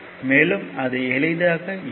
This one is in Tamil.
மேலும் அது எளிதாக இருக்கும்